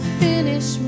finish